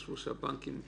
חשבו שהבנקים יתמוטטו,